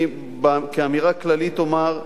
כאמירה כללית אומר,